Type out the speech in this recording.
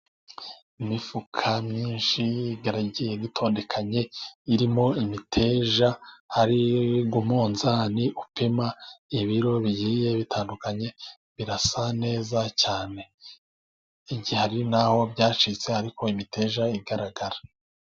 Imifuka myinshi igiye itondekanye irimo imiteja iri ku umunzani, upima ibiro bigiye bitandukanye birasa neza cyane, igihe hari naho byacitse ariko imiteja igaragara.